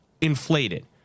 inflated